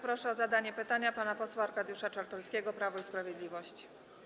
Proszę o zadanie pytania pana posła Arkadiusza Czartoryskiego, Prawo i Sprawiedliwość.